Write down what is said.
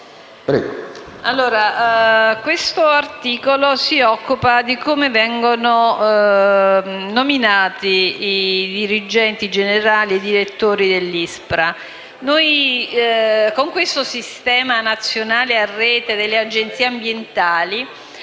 8.3. L'articolo 8 si occupa di come vengono nominati i dirigenti generali e i direttori dell'ISPRA. Con questo Sistema nazionale a rete delle Agenzie ambientali